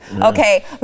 Okay